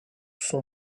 son